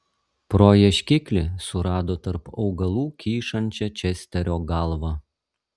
pro ieškiklį surado tarp augalų kyšančią česterio galvą